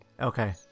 Okay